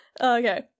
Okay